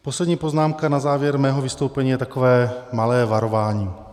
Poslední poznámka na závěr mého vystoupení je takové malé varování.